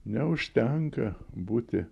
neužtenka būti